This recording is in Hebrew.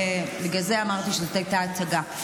בגלל זה אמרתי שזאת הייתה הצגה.